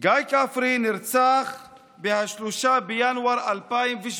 גיא כפרי נרצח ב-3 בינואר 2017,